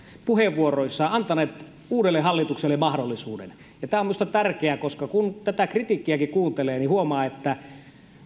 puheenvuoroissaan antaneet uudelle hallitukselle mahdollisuuden tämä on minusta tärkeää koska kun tätä kritiikkiäkin kuuntelee niin huomaa että